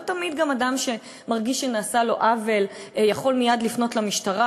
גם לא תמיד אדם שמרגיש שנעשה לו עוול יכול מייד לפנות למשטרה,